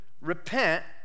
repent